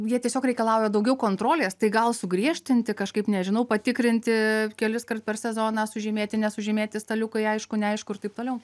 jie tiesiog reikalauja daugiau kontrolės tai gal sugriežtinti kažkaip nežinau patikrinti kelis kart per sezoną sužymėti nesužymėti staliukai aišku neaišku ir taip toliau